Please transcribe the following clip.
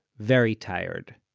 very tired.